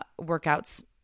workouts